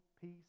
peace